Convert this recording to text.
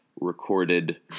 recorded